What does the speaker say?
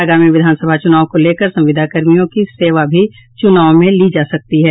आगामी विधान सभा चुनाव को लेकर संविदाकर्मियों की सेवा भी चुनाव में ली जा सकती है